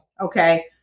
okay